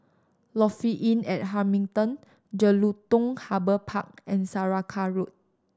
Lofi Inn at Hamilton Jelutung Harbour Park and Saraca Road